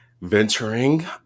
venturing